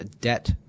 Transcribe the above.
debt